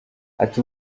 ati